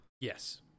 Yes